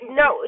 no